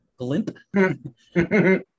Glimp